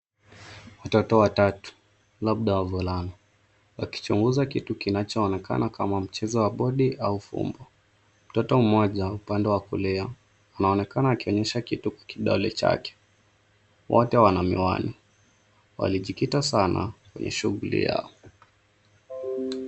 Watoto watatu labda wavulana wakichunguza kitu kinachoonekana kama mchezo wa bodi au fumbo. Mtoto mmoja upande wa kulia anaonekana akionyesha kitu kwa kidole chake. Wote wana miwani. Walijikita sana kwenye shughuli yao.